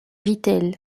vittel